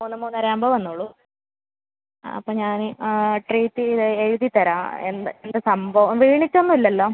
മൂന്ന് മൂന്നര ആവുമ്പോൾ വന്നോളൂ ആ അപ്പോൾ ഞാൻ ട്രീറ്റ് എഴുതി തരാം എന്താണ് എന്താണ് സംഭവം വീണിട്ട് ഒന്നുമില്ലല്ലോ